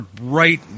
right